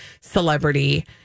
celebrity